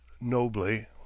nobly